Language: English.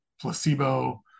placebo